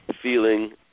Feeling